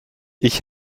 ich